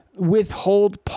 withhold